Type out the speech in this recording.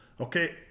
Okay